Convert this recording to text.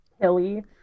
hilly